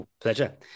Pleasure